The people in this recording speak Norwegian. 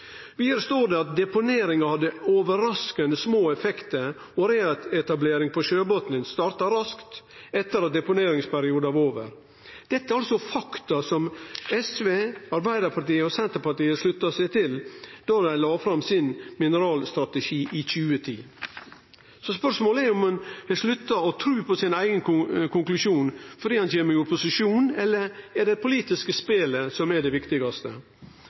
Vidare står det at deponeringa hadde overraskande små effektar, og at reetablering på sjøbotnen starta raskt etter at deponeringsperioden var over. Dette er altså fakta som SV, Arbeidarpartiet og Senterpartiet slutta seg til då dei la fram sin mineralstrategi i 2010. Spørsmålet er: Har ein slutta å tru på sin eigen konklusjon fordi ein har kome i opposisjon, eller er det det politiske spelet som er det viktigaste?